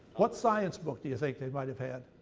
what science book do you think they might have had?